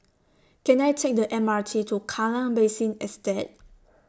Can I Take The M R T to Kallang Basin Estate